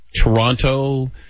Toronto